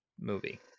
movie